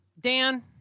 Dan